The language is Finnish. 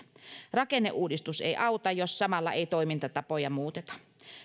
rakenneuudistus ei auta jos samalla ei toimintatapoja muuteta